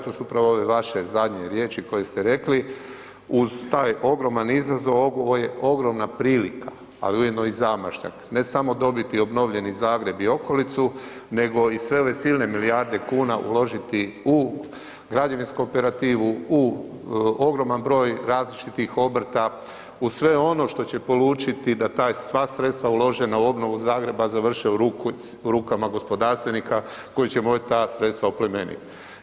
To su upravo ove vaše zadnje riječi koje ste rekli uz taj ogroman izazov ovo je ogromna prilika, ali ujedno i zamašnjak ne samo dobiti obnovljeni Zagreb i okolicu nego i sve ove silne milijarde kuna uložiti u građevinsku operativu, u ogroman broj različitih obrta u sve ono što će polučiti da ta sva sredstva uložena u obnovu Zagreba završe u rukama gospodarstvenika koji će moći ta sredstva oplemeniti.